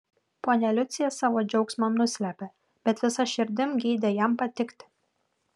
ponia liucija savo džiaugsmą nuslėpė bet visa širdim geidė jam patikti